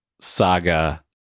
saga